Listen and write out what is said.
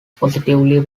positively